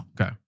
Okay